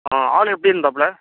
ஆ ஆள் எப்படி இருந்தாப்புல